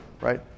Right